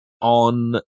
on